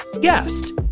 guest